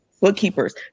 bookkeepers